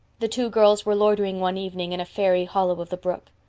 the two girls were loitering one evening in a fairy hollow of the brook.